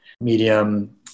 medium